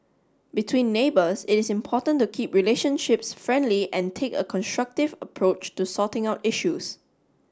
between neighbors it is important to keep relationships friendly and take a constructive approach to sorting out issues